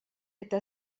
это